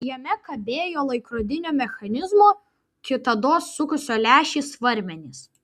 jame kabėjo laikrodinio mechanizmo kitados sukusio lęšį svarmenys